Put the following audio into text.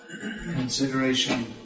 consideration